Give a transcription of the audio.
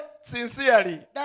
Sincerely